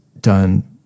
done